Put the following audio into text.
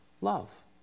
Love